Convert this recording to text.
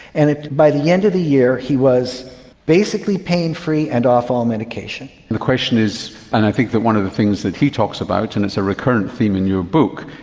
and by the end of the year he was basically pain free and off all medication. the question is, and i think that one of the things that he talks about and it's a recurrent theme in your book,